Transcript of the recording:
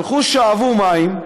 הלכו, שאבו מים,